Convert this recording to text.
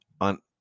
on